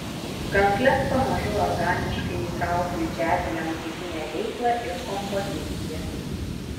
kankles pamažu organiškai įtraukiu į džiazinę muzikinę veiklą ir kompozicijas